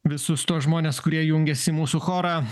visus tuos žmones kurie jungiasi į mūsų chorą